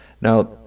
Now